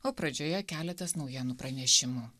o pradžioje keletas naujienų pranešimų